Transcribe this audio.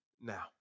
now